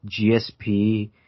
GSP